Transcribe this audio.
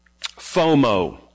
FOMO